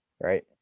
Right